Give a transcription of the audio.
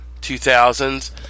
2000s